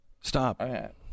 Stop